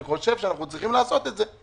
אני חושב שאנחנו צריכים לעשות את זה.